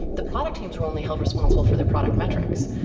the product teams were only held responsible for their product metrics.